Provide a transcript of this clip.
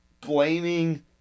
Blaming